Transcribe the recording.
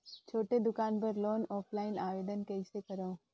छोटे दुकान बर लोन ऑफलाइन आवेदन कइसे करो?